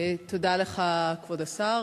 תודה לך, כבוד השר.